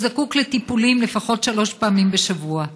הוא זקוק לטיפולים לפחות שלוש פעמים בשבוע.